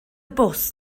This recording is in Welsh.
bws